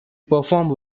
performed